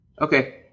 okay